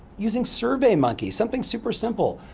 using survey monkey, something super simple.